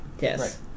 Yes